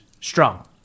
strong